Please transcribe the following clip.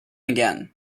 again